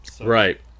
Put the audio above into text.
right